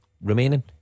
Remaining